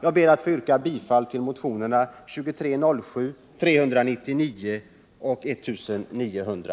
Jag ber att få yrka bifall till motionerna 2307, 399 och 1900.